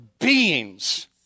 beings